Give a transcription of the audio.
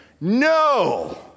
No